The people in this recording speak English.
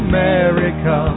America